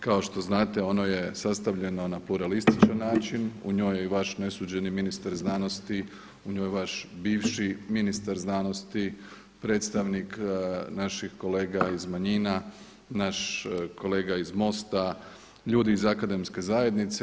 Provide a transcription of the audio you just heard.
Kao što znate ono je sastavljeno na pluralističan način, u njoj je i vaše nesuđeni ministar znanosti, u njoj je vaš bivši ministar znanosti, predstavnik naših kolega iz manjina, naš kolega iz MOST-a, ljudi iz akademske zajednice.